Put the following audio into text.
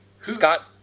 Scott